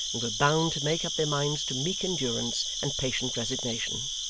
and were bound to make up their minds to meek endurance and patient resignation.